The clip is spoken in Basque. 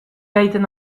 aiten